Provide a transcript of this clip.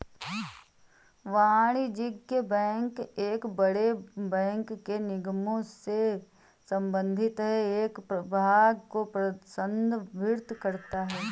वाणिज्यिक बैंक एक बड़े बैंक के निगमों से संबंधित है एक प्रभाग को संदर्भित करता है